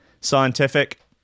Scientific